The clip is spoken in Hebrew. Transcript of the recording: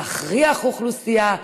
להכריח אוכלוסייה?